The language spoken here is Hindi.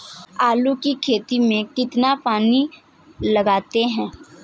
आलू की खेती में कितना पानी लगाते हैं?